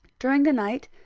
during the night,